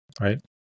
right